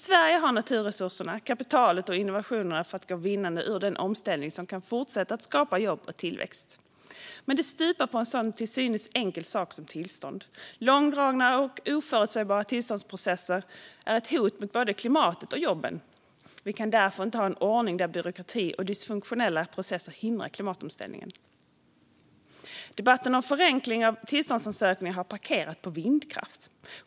Sverige har naturresurserna, kapitalet och innovationerna för att gå vinnande ur den omställning som kan fortsätta att skapa jobb och tillväxt, men det stupar på en sådan till synes enkel sak som tillstånd. Långdragna och oförutsägbara tillståndsprocesser är ett hot mot både klimatet och jobben. Vi kan därför inte ha en ordning där byråkrati och dysfunktionella processer hindrar klimatomställningen. Debatten om förenkling av tillståndsansökningarna har parkerat på vindkraft.